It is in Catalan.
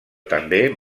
també